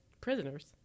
prisoners